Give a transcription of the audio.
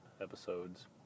episodes